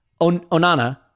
Onana